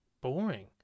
boring